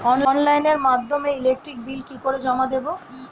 অনলাইনের মাধ্যমে electric bill কি করে জমা দেবো?